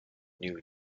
new